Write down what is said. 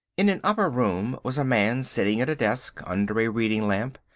in an upper room was a man sitting at a desk under a reading-lamp.